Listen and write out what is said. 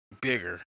bigger